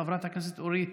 חברת הכנסת אורית